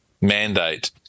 mandate